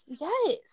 Yes